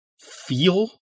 feel